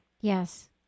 Yes